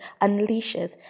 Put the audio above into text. unleashes